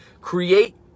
Create